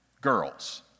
girls